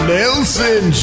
Nelson